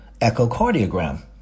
echocardiogram